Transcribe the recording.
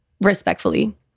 respectfully